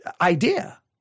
idea